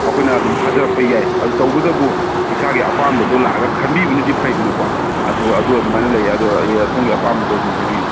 ꯑꯩꯈꯣꯏꯅ ꯑꯗꯨꯝ ꯊꯥꯖꯔꯛꯄ ꯌꯥꯏ ꯑꯗꯨ ꯇꯧꯕꯇꯕꯨ ꯏꯁꯥꯒꯤ ꯑꯄꯥꯝꯕꯗꯣ ꯂꯥꯛꯑꯒ ꯈꯟꯕꯤꯕꯅꯗꯤ ꯐꯩꯗꯅꯀꯣ ꯑꯗꯣ ꯑꯗꯨ ꯑꯗꯨꯃꯥꯏꯅ ꯂꯩꯌꯦ ꯑꯗꯣ ꯁꯣꯝꯒꯤ ꯑꯄꯥꯝꯕꯗꯣ ꯑꯗꯨꯝ ꯍꯥꯏꯕꯤꯌꯨ